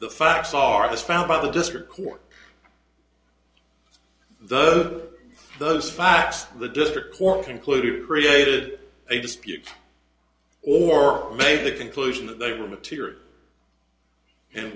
the facts are this found by the district court the those facts the district court concluded created a dispute or made the conclusion that they were material and